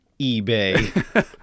ebay